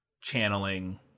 channeling